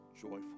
joyful